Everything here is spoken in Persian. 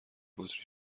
بطری